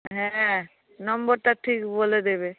হ্যাঁ নম্বরটা ঠিক বলে দেবে